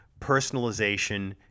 personalization